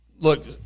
look